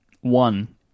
One